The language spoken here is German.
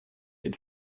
den